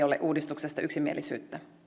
ole uudistuksesta yksimielisyyttä